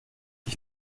ich